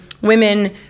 women